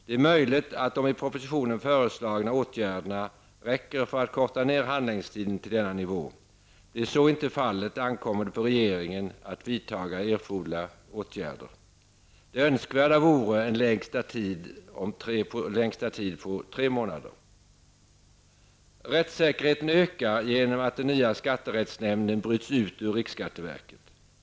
Det är möjligt att de i propositionen föreslagna åtgärderna räcker för att korta ner handläggningstiden till denna nivå. Blir så inte fallet ankommer det på regeringen att vidta erforderliga åtgärder. Det önskvärda vore en längsta tid på tre månader. Rättssäkerheten ökar genom att den nya skatterättsnämnden bryts ut ur riksskatteverket.